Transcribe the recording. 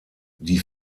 die